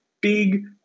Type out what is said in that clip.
big